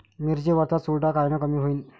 मिरची वरचा चुरडा कायनं कमी होईन?